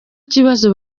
kibazo